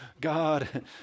God